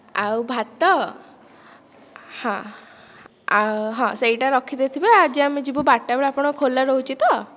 ଆଉ ଭାତ ହଁ ଆଉ ହଁ ସେଇଟା ରଖିଦେଇଥିବେ ଆଜି ଆମେ ଯିବୁ ବାରଟା ବେଳେ ଆପଣଙ୍କ ଖୋଲା ରହୁଛି ତ